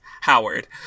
Howard